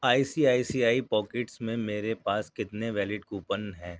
I C I C I pockets میں میرے پاس کتنے ویلڈ کوپن ہیں